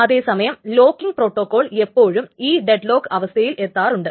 അതേസമയം locking protocol എപ്പോഴും ഈ ഡെഡ്ലോക്ക് അവസ്ഥയിൽ എത്താറുണ്ട്